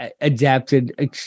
adapted